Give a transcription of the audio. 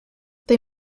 they